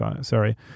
Sorry